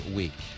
week